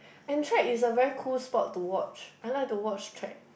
and trek is a very cool sport to watch I like to watch trek